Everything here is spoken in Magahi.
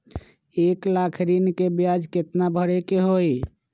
एक लाख ऋन के ब्याज केतना भरे के होई?